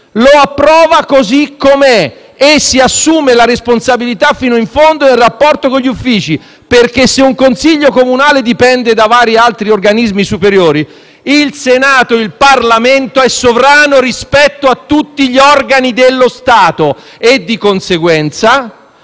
si approva così com'è e ci si assume la responsabilità fino in fondo del rapporto con gli uffici. Se un consiglio comunale dipende da vari altri organismi superiori, il Senato e il Parlamento sono sovrani rispetto a tutti gli organi dello Stato, e di conseguenza